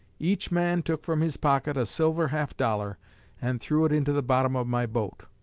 each man took from his pocket a silver half-dollar and threw it into the bottom of my boat.